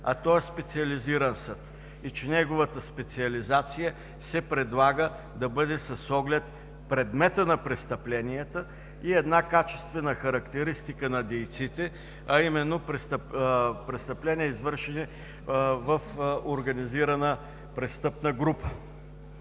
а той е Специализиран съд, и че неговата специализация се предлага да бъде с оглед предмета на престъпленията и качествена характеристика на дейците, а именно престъпления, извършени в организирана престъпна група.